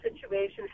situation